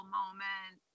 moment